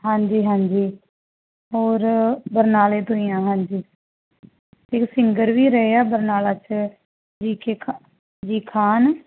ਹਾਂਜੀ ਹਾਂਜੀ ਔਰ ਬਰਨਾਲੇ ਤੋਂ ਹੀ ਆ ਹਾਂਜੀ ਅਤੇ ਸਿੰਗਰ ਵੀ ਰਹੇ ਆ ਬਰਨਾਲਾ 'ਚ ਜੀ ਖੇ ਖਾ ਜੀ ਖਾਨ